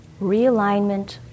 realignment